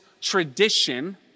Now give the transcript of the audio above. tradition